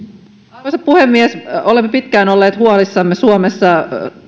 arvoisa puhemies olemme pitkään olleet huolissamme suomessa